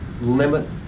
limit